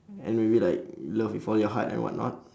and maybe like love with all your heart and whatnot